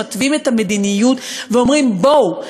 שמתווים את המדיניות ואומרים: בואו,